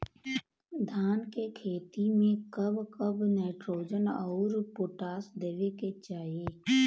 धान के खेती मे कब कब नाइट्रोजन अउर पोटाश देवे के चाही?